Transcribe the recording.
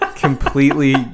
Completely